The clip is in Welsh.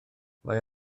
mae